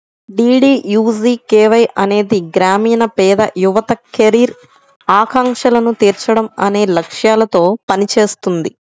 DDUGKY అనేది గ్రామీణ పేద యువత కెరీర్ ఆకాంక్షలను తీర్చడం అనే లక్ష్యాలతో పనిచేస్తుంది